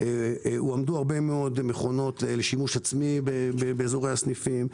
הועמדו הרבה מאוד מכונות לשימוש עצמי באזורי הסניפים.